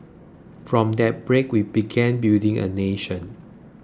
from that break we began building a nation